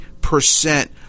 percent